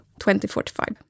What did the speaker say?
2045